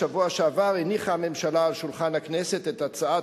בשבוע שעבר הניחה הממשלה על שולחן הכנסת את הצעת